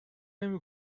نمی